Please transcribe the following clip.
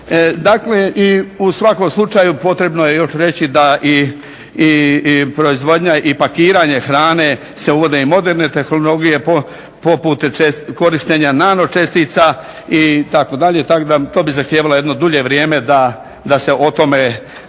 Dakle, i u svakom slučaju potrebno je još reći da i proizvodnja i pakiranje hrane se uvode i moderne tehnologije poput korištenja nano čestica itd. Tako da to bi zahtijevalo jedno dulje vrijeme da se o tome očitujemo,